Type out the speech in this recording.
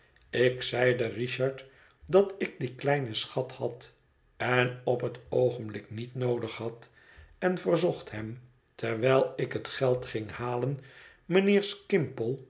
ik zeide richard dat ik dien kleinen schat had en op het oogenblik niet noodig had en verzocht hem terwijl ik het geld ging halen mijnheer